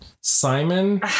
Simon